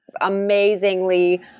amazingly